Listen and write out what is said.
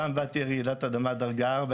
פעם הבאה תהיה רעידת אדמה דרגה ארבע,